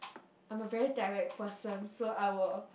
I'm a very direct person so I will